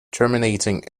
terminating